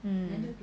um